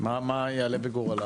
מה יעלה בגורלם?